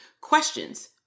questions